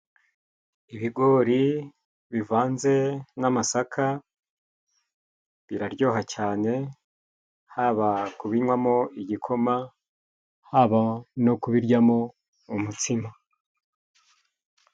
Ibigori bivanze n'amasaka biraryoha cyane haba kubinywamo igikoma, haba no kubiryamo umutsima.